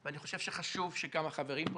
-- ואני חושב שחשוב שגם החברים פה